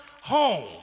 home